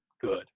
good